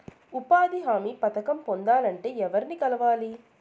ఉపాధి హామీ పథకం పొందాలంటే ఎవర్ని కలవాలి?